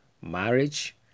marriage